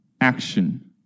action